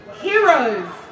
Heroes